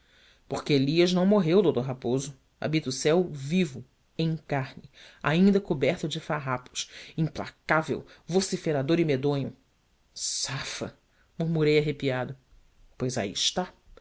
porque elias não morreu d raposo habita o céu vivo em carne ainda coberto de farrapos implacável vociferador e medonho safa murmurei arrepiado pois aí está